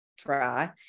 Try